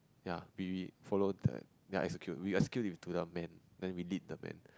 ya we we follow the execute we execute to the man then we lead the man